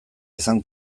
izan